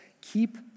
keep